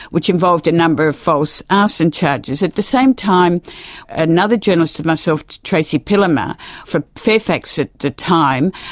which involves a number of false arson charges. at the same time another journalist and myself, tracy pillemer from fairfax at the time,